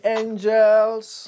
angels